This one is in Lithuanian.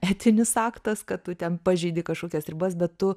etinis aktas kad tu ten pažeidi kažkokias ribas bet tu